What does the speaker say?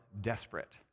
desperate